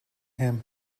him